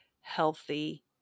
healthy